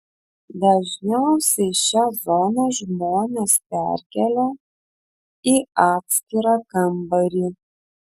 dažniausiai šią zoną žmonės perkelia į atskirą kambarį